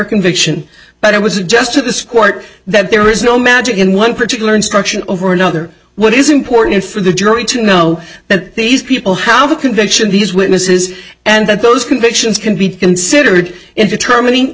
conviction but i would suggest to this court that there is no magic in one particular instruction over another what is important for the jury to know that these people how the convention these witnesses and that those convictions can be considered in determining